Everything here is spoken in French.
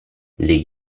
les